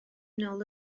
nôl